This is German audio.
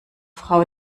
frau